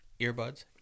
earbuds